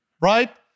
right